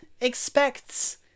expects